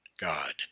God